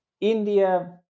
India